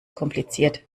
kompliziert